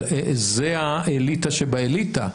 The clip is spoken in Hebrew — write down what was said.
אבל זו האליטה שבאליטה,